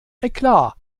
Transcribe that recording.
eklat